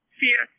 fear